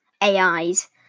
AIs